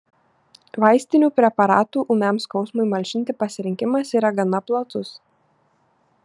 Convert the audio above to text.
vaistinių preparatų ūmiam skausmui malšinti pasirinkimas yra gana platus